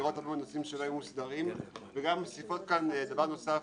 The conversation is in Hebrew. מסדירות הרבה נושאים שלא היו מוסדרים וגם מוסיפות כאן דבר נוסף